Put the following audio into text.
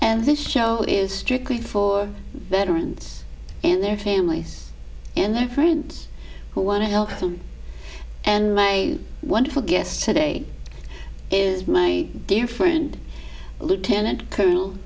and this show is strictly for veterans and their families and their friends who want to help and my wonderful guest today is my dear friend lieutenant colonel